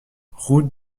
route